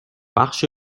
بخش